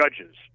judges